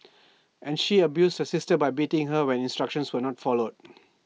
and she abused the sister by biting her when instructions were not followed